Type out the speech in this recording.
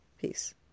Peace